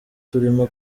turimo